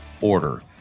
order